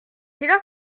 heure